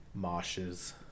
Moshes